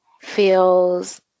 feels